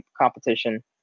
competition